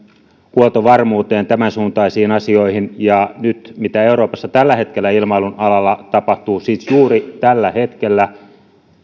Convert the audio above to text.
huoltovarmuuteen tämän suuntaisiin asioihin ja siihen mitä nyt euroopassa tällä hetkellä ilmailun alalla tapahtuu siis juuri tällä hetkellä